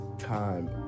time